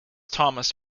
thomas